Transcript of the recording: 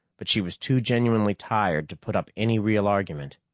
but she was too genuinely tired to put up any real argument.